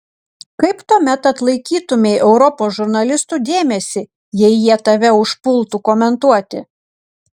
kaip tuomet atlaikytumei europos žurnalistų dėmesį jei jie tave užpultų komentuoti